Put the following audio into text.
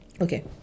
okay